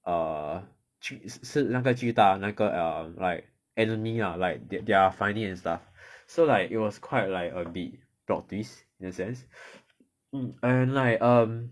err 巨是那个巨大的那个 like enemy lah like they're finding and stuff so like it was quite like a bit plot twist in a sense mm and like um